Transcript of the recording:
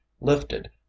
lifted